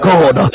God